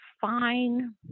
fine